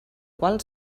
qual